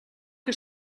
que